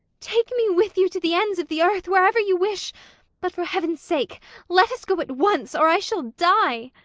take me with you to the ends of the earth, wherever you wish but for heaven's sake let us go at once, or i shall die.